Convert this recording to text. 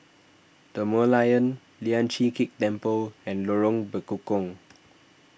the Merlion Lian Chee Kek Temple and Lorong Bekukong